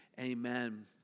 Amen